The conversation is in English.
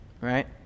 right